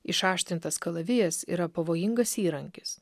išaštrintas kalavijas yra pavojingas įrankis